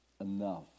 enough